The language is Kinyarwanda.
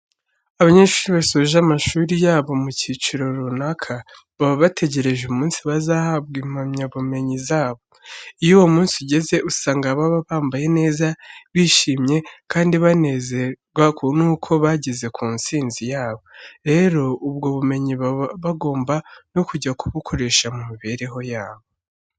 Abanyeshuri basoje amashuri yabo mu cyiciro runaka, baba bategereje umunsi bazahabwa impamyabumenyi zabo. Iyo uwo munsi ugeze, usanga baba bambaye neza, bishimye kandi bakanezezwa nuko bageze ku ntsinzi yabo. Rero, ubwo bumenyi baba bagomba no kujya kubukoresha mu mibereho yabo.